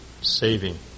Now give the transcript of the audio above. saving